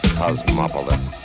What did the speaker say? cosmopolis